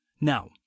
now